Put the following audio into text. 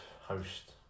host